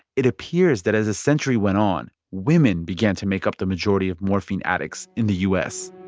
it appears that as a century went on, women began to make up the majority of morphine addicts in the u s